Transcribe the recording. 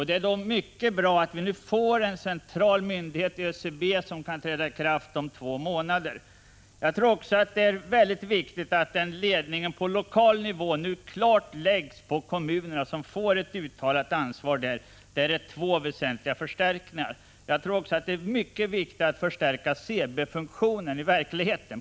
Det är bra att vi nu får en central myndighet, ÖCB, som kan börja arbeta om två månader. Jag tror också att det är mycket positivt att ledningen på lokal nivå nu klart läggs på kommunerna, som får ett uttalat ansvar. — Det är två väsentliga förstärkningar. Jag tror också att det är angeläget att förstärka CB-funktionen i verkligheten.